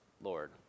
Lord